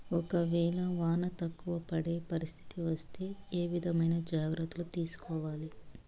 ఒక వేళ వాన తక్కువ పడే పరిస్థితి వస్తే ఏ విధమైన జాగ్రత్తలు తీసుకోవాలి?